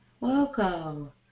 Welcome